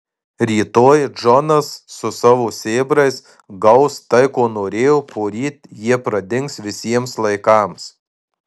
rytoj džonas su savo sėbrais gaus tai ko norėjo poryt jie pradings visiems laikams